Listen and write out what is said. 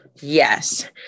Yes